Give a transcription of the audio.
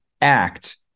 act